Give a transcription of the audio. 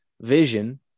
vision